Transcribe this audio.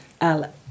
al